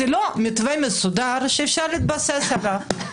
זה לא מתווה מסודר שאפשר להסתמך עליו.